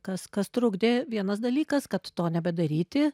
kas kas trukdė vienas dalykas kad to nebedaryti